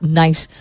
nice